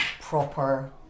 proper